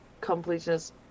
completeness